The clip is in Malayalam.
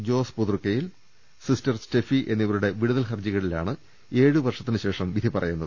ജോസ് പുതൃക്കയിൽ സിസ്റ്റർ സ്റ്റെഫി എന്നിവരുടെ വിടുതൽ ഹർജികളിലാണ് ഏഴ് വർഷത്തിന് ശേഷം വിധി പറയുന്നത്